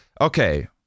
Okay